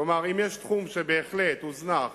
כלומר, אם יש תחום שבהחלט הוזנח